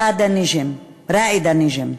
ראידה ניג'ם,